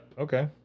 okay